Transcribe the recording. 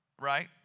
right